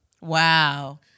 Wow